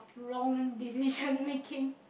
wronging decision making